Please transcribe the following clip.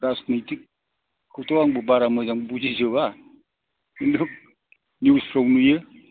राजनिथिकखौथ' आंबो बारा मोजां बुजिजोबा खिन्थु निउसफ्राव नुयो